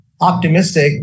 optimistic